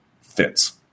fits